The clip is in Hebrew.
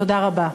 תודה רבה.